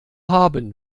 haben